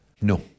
No